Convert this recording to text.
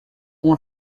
uma